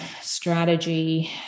strategy